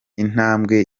intambwe